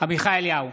עמיחי אליהו,